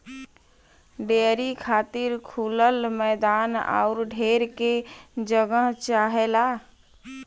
dairy खातिर खुलल मैदान आउर ढेर के जगह चाहला